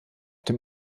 dem